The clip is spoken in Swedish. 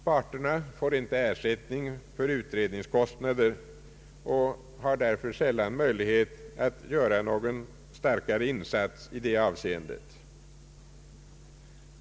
Parterna får inte ersättning för utredningskostnader och har därför sällan möjlighet att göra någon starkare insats i det avseendet.